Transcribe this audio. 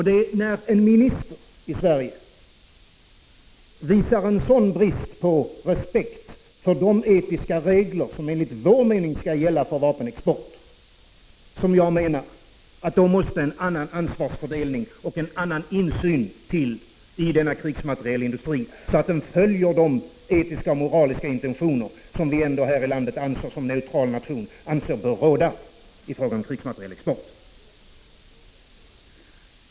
Det är när en minister i Sverige visar en sådan brist på respekt för de etiska regler som enligt vår mening skall gälla för vapenexport som jag menar att en annan ansvarsfördelning och en annan insyn måste till i denna krigsmaterielindustri. Den skall följa de etiska och moraliska intentioner som vi som neutral nation ändå anser bör råda i fråga om krigsmaterielexport.